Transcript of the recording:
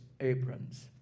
aprons